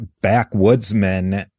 backwoodsmen